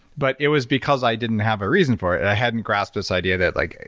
but it was because i didn't have a reason for it. i hadn't grasped this idea that like,